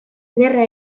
ederra